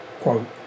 Quote